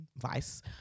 vice